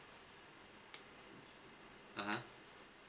ah